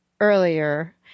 earlier